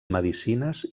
medicines